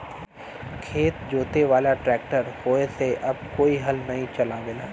खेत जोते वाला ट्रैक्टर होये से अब कोई हल नाही चलावला